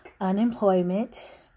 unemployment